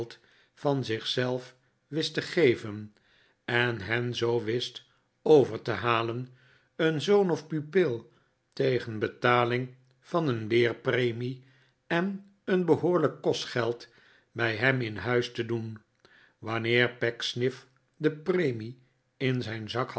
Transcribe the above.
van zich zelf wist te geven en hen zoo wist over te halen een zoon of pupil tegen betaling van een leerpremie en een behoorlijk kostgeld bij hem in huis te doen wanneer pecksniff de premie in zijn zak